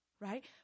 right